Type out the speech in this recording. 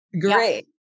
Great